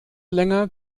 länger